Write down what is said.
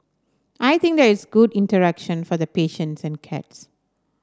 I think that it's good interaction for the patients and cats